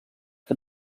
que